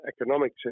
economic